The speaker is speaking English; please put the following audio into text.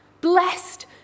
Blessed